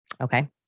okay